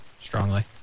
strongly